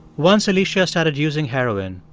once alicia started using heroin,